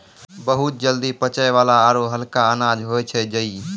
बहुत जल्दी पचै वाला आरो हल्का अनाज होय छै जई